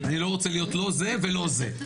אני לא רוצה להיות לא זה ולא זה,